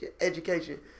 education